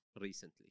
recently